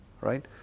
right